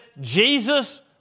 Jesus